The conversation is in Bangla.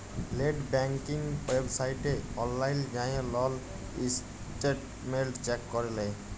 লেট ব্যাংকিং ওয়েবসাইটে অললাইল যাঁয়ে লল ইসট্যাটমেল্ট চ্যাক ক্যরে লেই